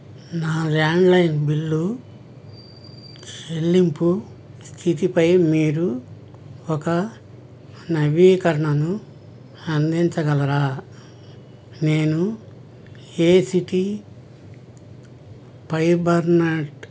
నా landline bill చెల్లింపు స్థితిపై మీరు ఒక నవీకరణను అందించగలరా నేను ఏ సీ టీ ఫైబర్నెట్